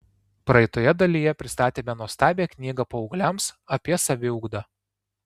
praeitoje dalyje pristatėme nuostabią knygą paaugliams apie saviugdą